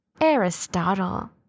aristotle